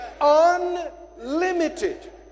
unlimited